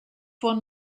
won